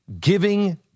giving